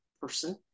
person